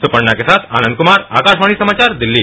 सुपर्णा के साथ आनंद कमार आकाशवाणी समाचार दिल्ली